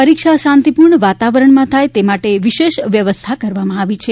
પરીક્ષા શાંતિપૂર્ણ વાતાવરણમાં થાય તે માટે વિશેષ વ્યવસ્થા કરવામાં આવી છે